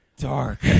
Dark